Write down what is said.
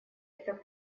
это